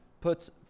puts